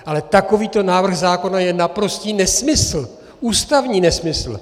Ale takovýto návrh zákona je naprostý nesmysl, ústavní nesmysl.